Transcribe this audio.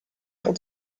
held